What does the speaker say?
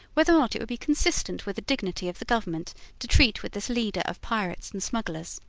whether or not it would be consistent with the dignity of the government to treat with this leader of pirates and smugglers.